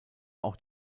auch